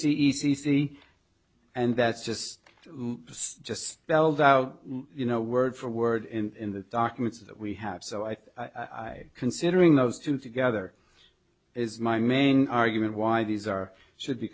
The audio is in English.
c and that's just just spelled out you know word for word in the documents that we have so i think considering those two together is my main argument why these are should be